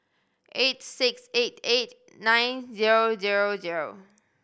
eight six eight eight nine zero zero zero